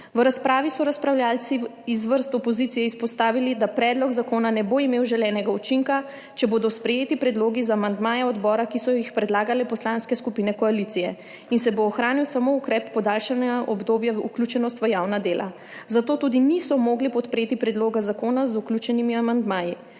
V razpravi so razpravljavci iz vrst opozicije izpostavili, da predlog zakona ne bo imel želenega učinka, če bodo sprejeti predlogi odbora za amandmaje, ki so jih predlagale poslanske skupine koalicije, in se bo ohranil samo ukrep podaljšanja obdobja vključenosti v javna dela, zato tudi niso mogli podpreti predloga zakona z vključenimi amandmaji.